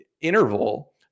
interval